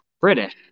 British